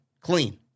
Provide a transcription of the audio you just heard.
Clean